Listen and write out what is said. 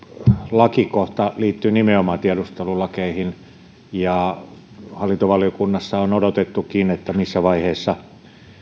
lakikohta liittyy nimenomaan tiedustelulakeihin ja hallintovaliokunnassa on odotettukin missä vaiheessa